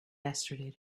yesterday